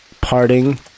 parting